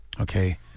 okay